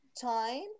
time